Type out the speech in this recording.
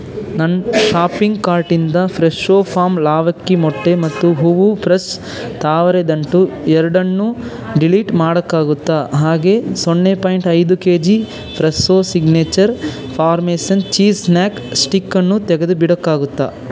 ನನ್ನ ಶಾಪಿಂಗ್ ಕಾರ್ಟಿಂದ Fresho farm ಲಾವಕ್ಕಿ ಮೊಟ್ಟೆ ಮತ್ತು ಹೂವು ಫ್ರೆಶ್ ತಾವರೆ ದಂಟು ಎರಡನ್ನು ಡಿಲೀಟ್ ಮಾಡೋಕ್ಕಾಗುತ್ತಾ ಹಾಗೆ ಸೊನ್ನೆ ಪಾಯಿಂಟ್ ಐದು K G Fresho signature parmesan cheese snack ಸ್ಟಿಕ್ಕನ್ನು ತೆಗೆದುಬಿಡೋಕ್ಕಾಗುತ್ತಾ